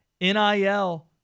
NIL